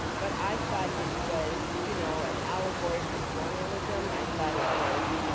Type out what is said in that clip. but i thought it was you know an allegory for colonialism. i thought it was,